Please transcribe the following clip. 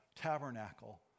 tabernacle